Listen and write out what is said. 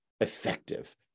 effective